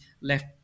left